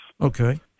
Okay